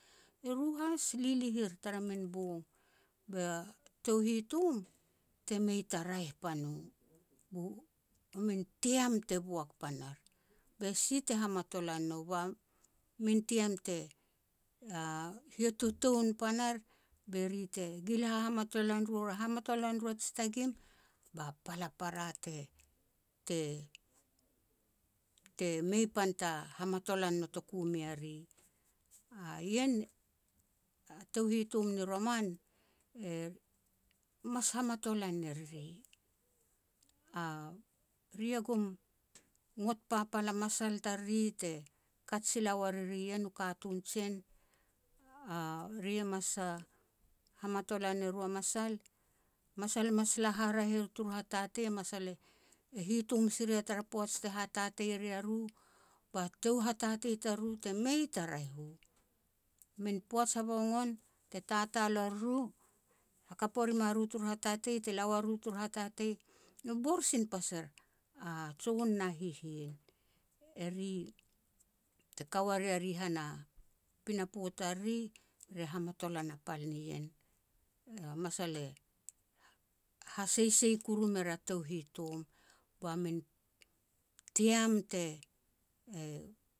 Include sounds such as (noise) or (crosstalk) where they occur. Eru has lilih ir tara min bong, ba tou hitom te mei ta raeh pan u, bu min tiam te boak pan ar. Be si te hamatolan nou ba min tiam te, a hiatotoun pan ar be ri te ngil hahamatolan ro, hamatolan ro a ji tagim ba pal a para te-te-te mei pan ta hamatolan notoku mea ri. (hesitation) Ien a touhitom ni roman e mas hamatolan e riri, (hesitation) ri ya gum ngot papal a masal tariri te kaj sila wa riri ien u katun jien. (hesitation) Eri e mas hamatolan eru a masal, masal mas la haraeh er turu hatatei, masal e hitom si ria tara poaj te hatatei ria ru, ba tou hatatei tariru te mei ta raeh u. Min poaj habogon te tatal ua riru, te hakap ua rim a ru turu hatatei te la ua riru turu hatatei, bor sin pas er, a jon na hihin. Eri, te ka ua ria ri tara pinapo tariri, re hamatolan a pal nien, a masal e-e haseisei kuru mer a tou hitom, ba min tiam te e